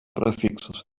prefixos